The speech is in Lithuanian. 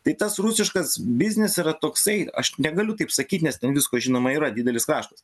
tai tas rusiškas biznis yra toksai aš negaliu taip sakyt nes ten visko žinoma yra didelis kraštas